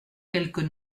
quelques